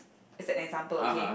as an example okay